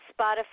Spotify